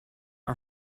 are